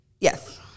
Yes